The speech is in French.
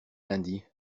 lundi